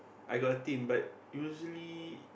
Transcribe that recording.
I got a team but usually